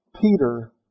Peter